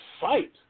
fight